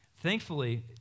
Thankfully